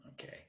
Okay